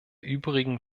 übrigen